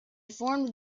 formed